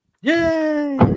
Yay